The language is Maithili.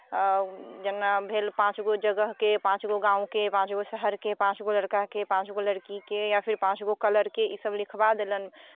जेना भेल पाँच गो जगहके पाँच गो गामके पाँच गो शहरके पाँच गो लड़काके पाँच गो लड़कीके या फेर पाँच गो कलरके ईसभ लिखवा देलनि